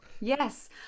Yes